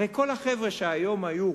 הרי כל החבר'ה שהיום היו,